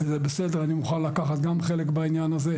אני מוכן לקחת חלק בעניין הזה.